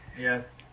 Yes